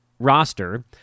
Roster